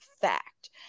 fact